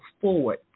forward